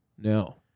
No